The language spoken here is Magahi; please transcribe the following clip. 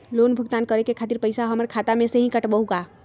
लोन भुगतान करे के खातिर पैसा हमर खाता में से ही काटबहु का?